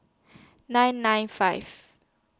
nine nine five